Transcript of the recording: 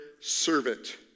servant